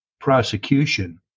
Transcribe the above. prosecution